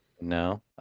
No